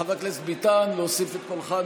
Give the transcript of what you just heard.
חבר הכנסת ביטן, להוסיף את קולך?